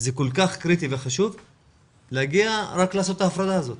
אבל זה כל כך קריטי וחשוב כדי לעשות את ההפרדה הזאת